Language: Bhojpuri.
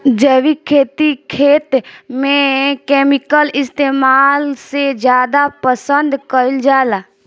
जैविक खेती खेत में केमिकल इस्तेमाल से ज्यादा पसंद कईल जाला